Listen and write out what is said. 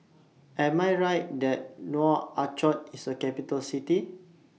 Am I Right that Nouakchott IS A Capital City